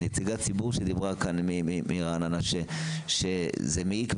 נציגת הדיבור שדיברה כאן מרעננה שזה מעיק,